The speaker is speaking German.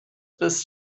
bist